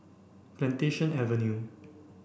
Plantation Avenue